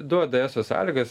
duodi eso sąlygas